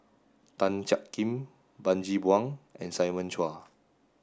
Tan Jiak Kim Bani Buang and Simon Chua